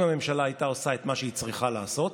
אם הממשלה הייתה עושה את מה שהיא צריכה לעשות,